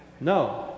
no